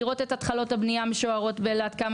לראות את תוכניות הבנייה המשוערות ולדעת כמה